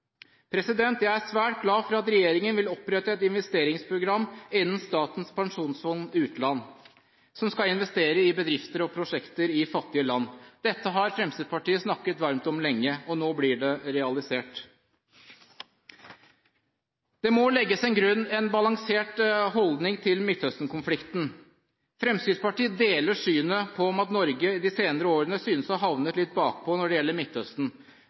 Jeg er svært glad for at regjeringen vil opprette et investeringsprogram innen Statens pensjonsfond utland, som skal investere i bedrifter og prosjekter i fattige land. Dette har Fremskrittspartiet snakket varmt om lenge, og nå blir det realisert. Det må legges til grunn en balansert holdning til Midtøsten-konflikten. Fremskrittspartiet deler synet om at Norge de senere årene synes å ha havnet litt bakpå når det gjelder Midtøsten,